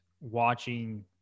watching